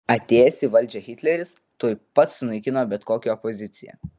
atėjęs į valdžią hitleris tuoj pat sunaikino bet kokią opoziciją